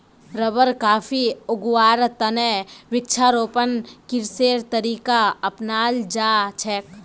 rubber, coffee उगव्वार त न वृक्षारोपण कृषिर तरीका अपनाल जा छेक